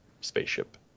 spaceship